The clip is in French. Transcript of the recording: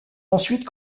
ensuite